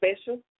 special